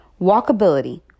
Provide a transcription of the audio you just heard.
Walkability